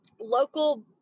local